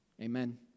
Amen